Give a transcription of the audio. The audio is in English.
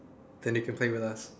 then you can play with us